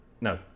no